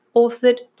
authored